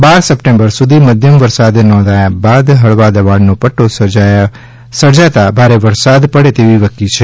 બાર September સુધી મધ્યમ વરસાદ નોંધ્યા બાદ હળવા દબાણનો પટ્ટો સર્જાતા ભારે વરસાદ પડે તેવી વકી છે